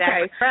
Okay